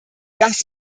das